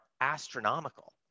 astronomical